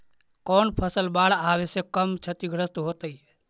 कौन फसल बाढ़ आवे से कम छतिग्रस्त होतइ?